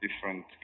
different